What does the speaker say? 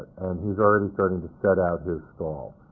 and he's already starting to set out his stall.